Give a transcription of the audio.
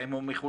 האם הוא מחולק?